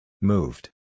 Moved